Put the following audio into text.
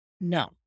No